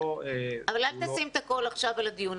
אל תשים את הכול עכשיו על הדיון.